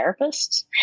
therapists